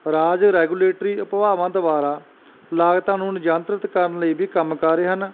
ਰਾਜ regulatory ਉਪਭਾਵਾਂ ਦੁਬਾਰਾ ਲਾਗਤਾਂ ਨੂੰ ਨਿਯੰਤਰਿਤ ਕਰਨ ਲਈ ਵੀ ਕੰਮ ਕਰ ਰਹੇ ਹਨ